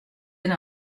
elle